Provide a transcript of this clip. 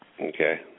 Okay